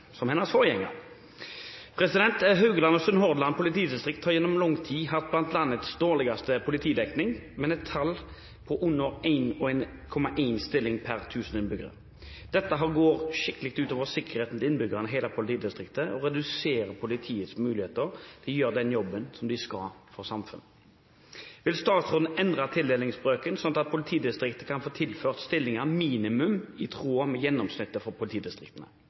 et tall på under 1,1 stillinger per 1 000 innbyggere. Dette går ut over tryggheten til innbyggerne i hele politidistriktet og reduserer politiets muligheter til å gjøre den jobben de skal for samfunnet. Vil statsråden endre tildelingsbrøken, slik at politidistriktet kan få tilført stillinger minimum i tråd med gjennomsnittet for politidistriktene?»